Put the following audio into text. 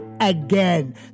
again